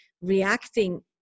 reacting